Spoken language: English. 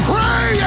Pray